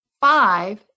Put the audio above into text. Five